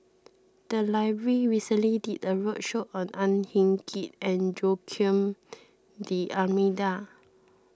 the library recently did a roadshow on Ang Hin Kee and Joaquim D'Almeida